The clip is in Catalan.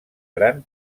gran